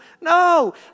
No